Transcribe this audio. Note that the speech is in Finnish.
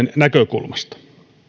näkökulmasta